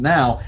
Now